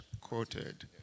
quoted